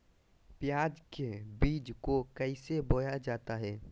प्याज के बीज को कैसे बोया जाता है?